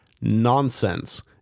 Nonsense